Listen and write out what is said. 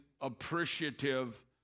appreciative